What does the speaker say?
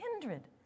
kindred